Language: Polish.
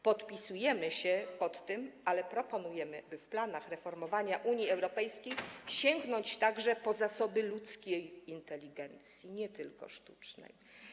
Podpisujemy się pod tym, ale proponujemy, by w planach reformowania Unii Europejskiej sięgnąć także po zasoby ludzkiej inteligencji, nie tylko sztucznej.